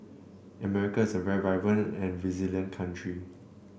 America is a very vibrant and resilient country